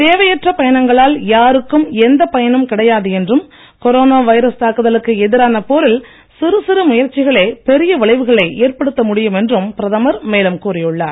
தேவையற்ற பயணங்களால் யாருக்கும் எந்தப் பயனும் கிடையாது என்றும் கொரோனா வைரஸ் தாக்குதலுக்கு எதிரான போரில் சிறு சிறு முயற்சிகளே பெரிய விளைவுகளை ஏற்படுத்த முடியும் என்றும் பிரதமர் மேலும் கூறியுள்ளார்